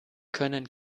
können